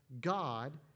God